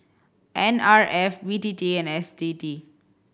N R F B T T and S T T